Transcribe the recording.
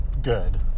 good